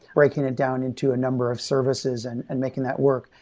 breaking it down into a number of services and and making that work.